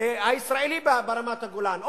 הישראלי ברמת-הגולן,